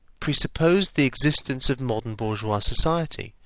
presupposed the existence of modern bourgeois society,